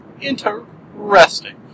Interesting